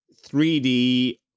3D